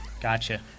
Gotcha